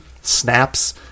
snaps